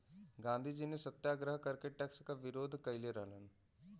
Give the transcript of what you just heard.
गांधीजी ने सत्याग्रह करके टैक्स क विरोध कइले रहलन